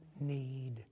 need